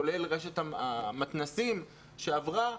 כולל רשת המתנ"סים שעברה,